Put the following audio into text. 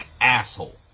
asshole